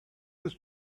his